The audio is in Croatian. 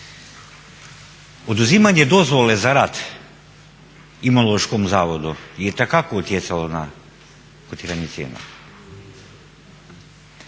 oduzimanje dozvole za rad Imunološkom zavodu je itekako utjecao na kotiranje cijena.